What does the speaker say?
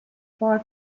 far